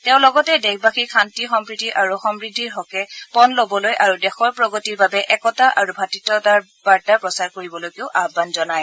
তেওঁ লগতে দেশবাসীক শান্তি সম্প্ৰতি আৰু সমৃদ্ধিৰ হকে পন লবলৈ আৰু দেশৰ প্ৰগতিৰ বাবে একতা আৰু ভাতৃত্বৰ বাৰ্তা প্ৰচাৰ কৰিবলৈকো আহ্বান জনায়